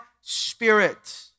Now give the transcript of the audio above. spirit